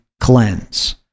cleanse